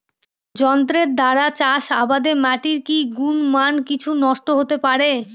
যন্ত্রের দ্বারা চাষাবাদে মাটির কি গুণমান কিছু নষ্ট হতে পারে?